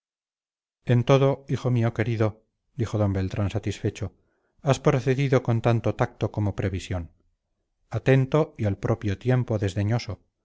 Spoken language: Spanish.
en todo hijo mío querido dijo d beltrán satisfecho has procedido con tanto tacto como previsión atento y al propio tiempo desdeñoso